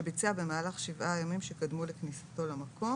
שביצע במהלך שבעה ימים שקדמו לכניסתו למקום".